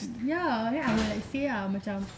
ya ya I would like say ah macam